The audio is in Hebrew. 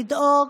לדאוג